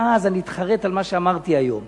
ואז אני אתחרט על מה שאמרתי היום.